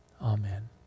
Amen